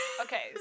Okay